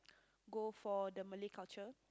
go for the Malay culture